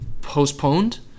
Postponed